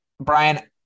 Brian